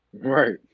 Right